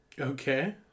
Okay